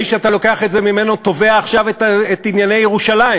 האיש שאתה לוקח את זה ממנו תובע עכשיו את ענייני ירושלים,